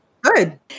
Good